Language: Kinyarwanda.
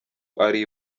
ari